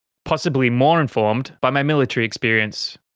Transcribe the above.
possibly more informed by my military experience.